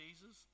Jesus